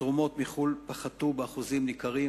התרומות מחו"ל פחתו באחוזים ניכרים,